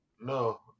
no